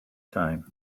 time